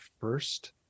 first